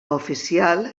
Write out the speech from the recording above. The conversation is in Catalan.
oficial